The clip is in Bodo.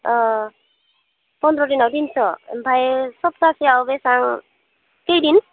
अ पन्द्र' दिनाव तिनस' ओमफ्राय सप्तासेयाव बेसेबां कैदिन